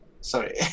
sorry